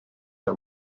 our